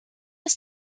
ist